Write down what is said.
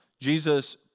Jesus